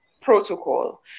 protocol